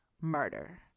murder